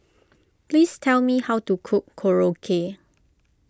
please tell me how to cook Korokke